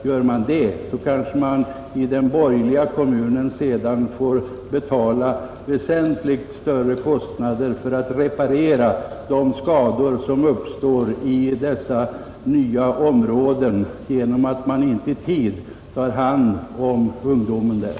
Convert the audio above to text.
Gör man det kanske den borgerliga kommunen sedan får betala väsentligt större kostnader för att reparera de skador som uppstår i dessa nya områden genom att man inte i tid tar hand om ungdomen där,